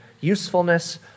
usefulness